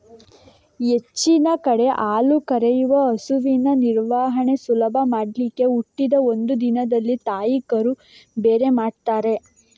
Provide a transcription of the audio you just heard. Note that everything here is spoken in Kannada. ಹೆಚ್ಚಿನ ಕಡೆ ಹಾಲು ಕರೆಯುವ ಹಸುವಿನ ನಿರ್ವಹಣೆ ಸುಲಭ ಮಾಡ್ಲಿಕ್ಕೆ ಹುಟ್ಟಿದ ಒಂದು ದಿನದಲ್ಲಿ ತಾಯಿ ಕರು ಬೇರೆ ಮಾಡ್ತಾರೆ